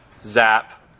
Zap